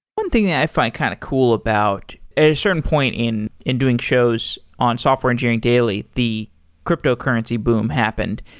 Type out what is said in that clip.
one thing that i find kind of cool about at a certain point in in doing shows on software engineering daily, the cryptocurrency boom happened.